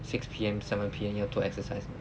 six P_M seven P_M 要做 exercise mah